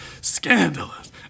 Scandalous